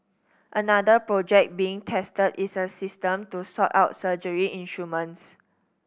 another project being tested is a system to sort out surgery instruments